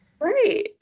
right